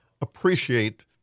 appreciate